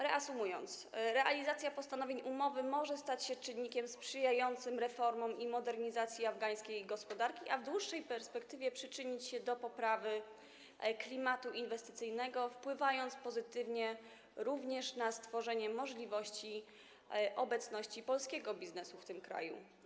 Reasumując, chciałabym powiedzieć, że realizacja postanowień umowy może stać się czynnikiem sprzyjającym reformom i modernizacji afgańskiej gospodarki, a w dłuższej perspektywie przyczynić się do poprawy klimatu inwestycyjnego, wpływając pozytywnie również na stworzenie możliwości obecności polskiego biznesu w tym kraju.